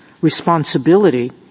responsibility